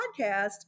podcast